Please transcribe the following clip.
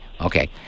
Okay